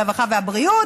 הרווחה והבריאות,